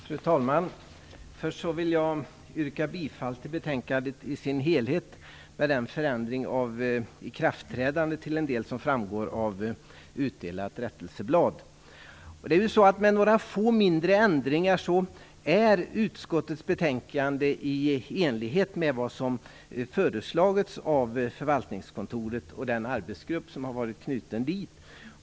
Fru talman! Först vill jag yrka bifall till utskottets hemställan i dess helhet med den förändring av ikraftträdandet till en del som framgår av utdelat rättelseblad. Med några få mindre ändringar är utskottets betänkande i enlighet med vad som föreslagits av förvaltningskontoret och den arbetsgrupp som har varit knuten dit.